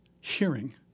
hearing